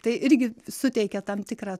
tai irgi suteikia tam tikrą